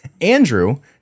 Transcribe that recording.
Andrew